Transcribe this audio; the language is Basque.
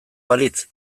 balitz